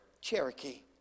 Cherokee